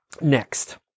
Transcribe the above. next